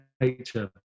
nature